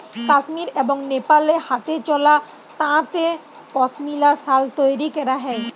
কাশ্মীর এবং লেপালে হাতেচালা তাঁতে পশমিলা সাল তৈরি ক্যরা হ্যয়